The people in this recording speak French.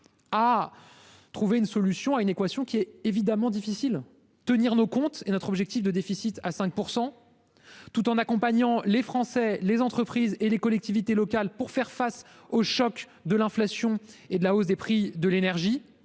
à résoudre une équation évidemment complexe : tenir nos comptes et maintenir notre objectif de déficit à 5 %, tout en accompagnant les Français, les entreprises et les collectivités locales pour faire face au choc de l'inflation et de la hausse des prix de l'énergie